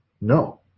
No